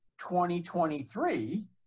2023